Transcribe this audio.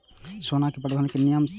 सोना के बंधन के कि नियम छै?